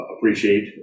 appreciate